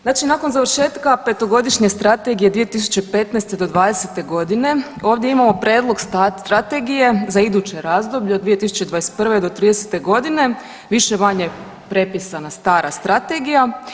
Znači nakon završetka petogodišnje strategije 2015. do '20. godine ovdje imamo prijedlog strategije za iduće razdoblje od 2021. do '30. godine, više-manje prepisana stara strategija.